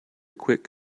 quick